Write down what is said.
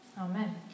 Amen